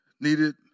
needed